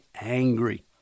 angry